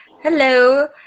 Hello